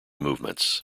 movements